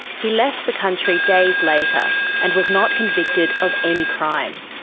he left the country days later and was not convicted of any crime.